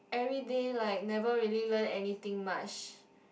everyday like never really learn any thing much